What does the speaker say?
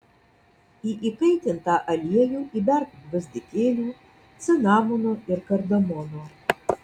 į įkaitintą aliejų įberk gvazdikėlių cinamono ir kardamono